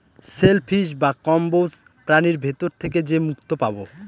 shell fish বা কম্বোজ প্রাণীর ভিতর থেকে যে মুক্তো পাবো